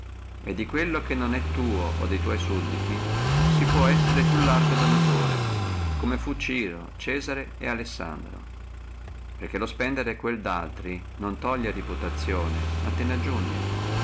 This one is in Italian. e di quello che non è tuo o di sudditi tua si può essere più largo donatore come fu ciro cesare et alessandro perché lo spendere quello daltri non ti toglie reputazione ma te ne aggiugne